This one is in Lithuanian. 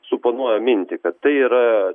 suponuoja mintį kad tai yra